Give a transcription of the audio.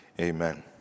amen